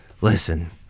listen